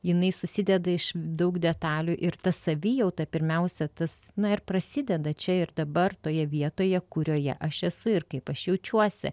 jinai susideda iš daug detalių ir ta savijauta pirmiausia tas na ir prasideda čia ir dabar toje vietoje kurioje aš esu ir kaip aš jaučiuosi